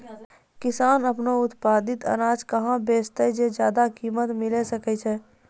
किसान आपनो उत्पादित अनाज कहाँ बेचतै जे ज्यादा कीमत मिलैल सकै छै?